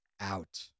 out